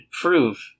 prove